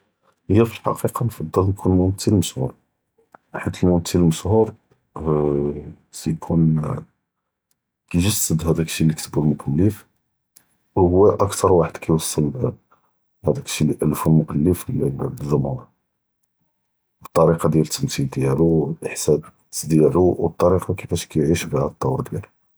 הי פאלחקיקה נפדל נכון מומתיל משהור, בחית מומתיל משהור, אממ, סי קומ, כיג’סד האדאכ אלשי לי כתבו אלמואלף, ו הוא אכתר וחד כיווסל האדאכ אלשי לי אלפו אלמואלף לל, ללג’מהור, באלטראיקה דיאל אלתמת’יל דיאלו אִחסאס דיאלו ו אלטראיקה כיפאש כי…